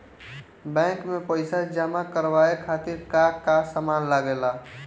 Bank में पईसा जमा करवाये खातिर का का सामान लगेला?